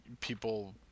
people